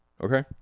Okay